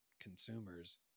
consumers